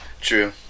True